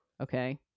Okay